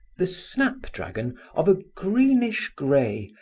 the snap-dragon of a greenish grey,